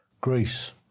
Greece